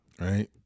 right